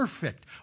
perfect